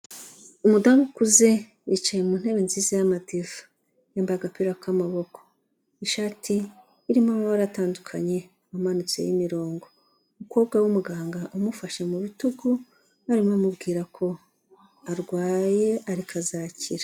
Umudamu ukuze yicaye mu ntebe nziza y'amadiva yambaye agapira k'amaboko, ishati irimo amabara atandukanye amanutse imirongo, umukobwa w'umuganga umufashe mu bitugu arimo bamubwira ko arwaye ariko azakira.